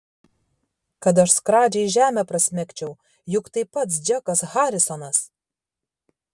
kad aš skradžiai žemę prasmegčiau juk tai pats džekas harisonas